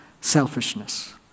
selfishness